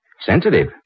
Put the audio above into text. Sensitive